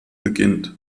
beginnt